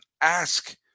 ask